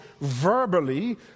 verbally